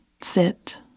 sit